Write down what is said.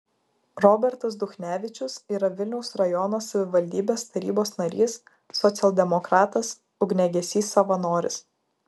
robertas duchnevičius yra vilniaus rajono savivaldybės tarybos narys socialdemokratas ugniagesys savanoris